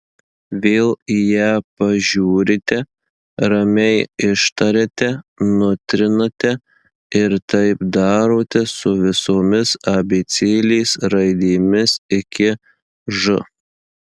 vėl į ją pažiūrite ramiai ištariate nutrinate ir taip darote su visomis abėcėlės raidėmis iki ž